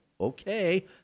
okay